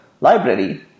library